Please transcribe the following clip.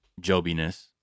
jobiness